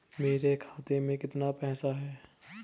मेरे खाते में कितना पैसा है?